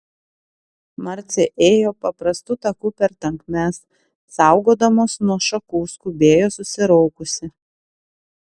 marcė ėjo paprastu taku per tankmes saugodamos nuo šakų skubėjo susiraukusi